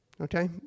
okay